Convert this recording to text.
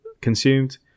consumed